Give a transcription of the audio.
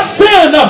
sin